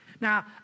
Now